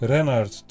Renard